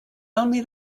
only